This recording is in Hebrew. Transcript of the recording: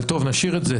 אבל, טוב, נשאיר את זה.